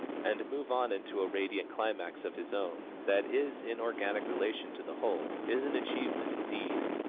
and move on into a radiant climax of his own that is in organic relation to the whole, is an achievement indeed.